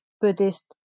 Buddhist